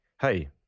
hey